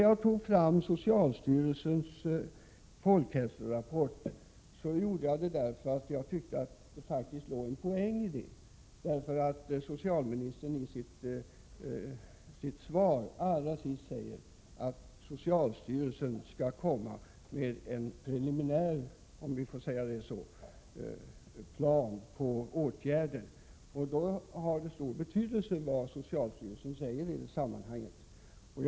Jag citerade ur socialstyrelsens folkhälsorapport därför att jag tyckte att det faktiskt låg en poäng i detta, eftersom socialministern i slutet av sitt svar säger att socialstyrelsen skall komma med preliminär plan för åtgärder. Då har det stor betydelse vad socialstyrelsen säger.